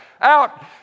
out